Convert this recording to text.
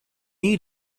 need